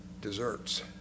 Desserts